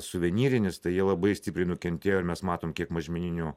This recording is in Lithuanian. suvenyrinis tai jie labai stipriai nukentėjo ir mes matom kiek mažmeninių